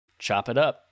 CHOPITUP